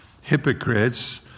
hypocrites